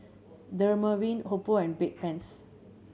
Dermaveen Oppo and Bedpans